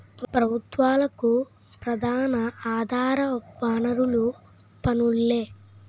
ప్రభుత్వాలకు ప్రధాన ఆధార వనరులు పన్నులే